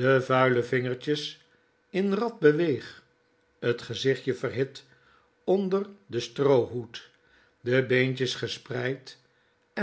de vuile vingertjes in rad beweeg t gezichtje verhit onder den stroohoed de beentjes gespreid